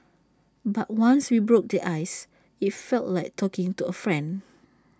but once we broke the ice IT felt like talking to A friend